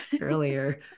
earlier